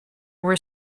were